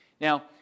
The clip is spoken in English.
Now